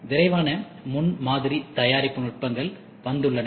விரைவான முன்மாதிரி தயாரிப்பு நுட்பங்கள் வந்துள்ளன